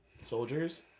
soldiers